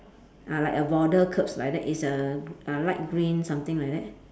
ah like a border curbs like that is a uh light green something like that